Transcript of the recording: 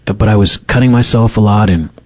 but but i was cutting myself a lot, and,